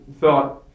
thought